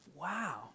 Wow